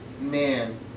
man